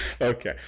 Okay